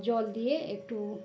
জল দিয়ে একটু